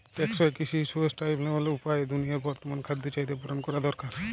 টেকসই কৃষি সুস্টাইনাবল উপায়ে দুনিয়ার বর্তমান খাদ্য চাহিদা পূরণ করা দরকার